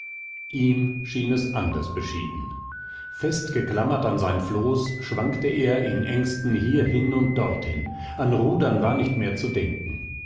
ihm schien es anders beschieden festgeklammert an sein floß schwankte er in ängsten hierhin und dorthin an rudern war nicht mehr zu denken